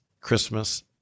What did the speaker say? Christmas